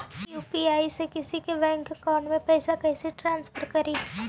UPI से किसी के बैंक अकाउंट में पैसा कैसे ट्रांसफर करी?